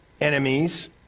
enemies